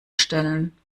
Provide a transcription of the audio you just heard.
stellen